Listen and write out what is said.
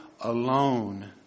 alone